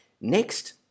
Next